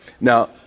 Now